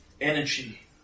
energy